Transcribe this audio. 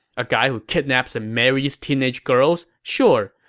a guy who kidnaps and marries teenage girls, sure,